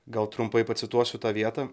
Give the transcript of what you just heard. gal trumpai pacituosiu tą vietą